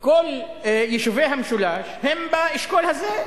כל יישובי המשולש הם באשכול הזה,